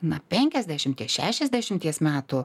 na penkiasdešimties šešiasdešimties metų